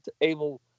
able